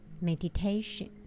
meditation